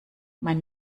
mein